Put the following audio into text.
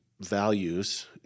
values